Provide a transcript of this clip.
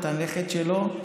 אתה הנכד שלו,